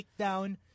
takedown